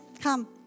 come